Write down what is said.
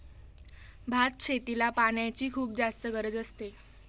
भात शेतीला पाण्याची खुप जास्त गरज असते